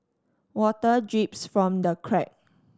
water drips from the crack